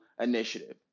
initiative